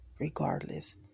regardless